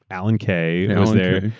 alan kay was there,